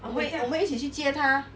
我们一起去接他